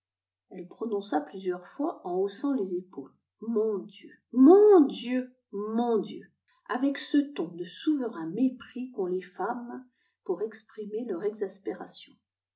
elle prononça plusieurs fois en haussant les épaules mon dieu mon dieu mon dieu avec ce ton de souverain mépris qu'ont les femmes pour exprimer leur exaspération